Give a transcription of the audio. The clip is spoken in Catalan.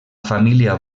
família